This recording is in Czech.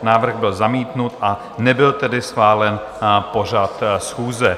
Návrh byl zamítnut, a nebyl tedy schválen pořad schůze.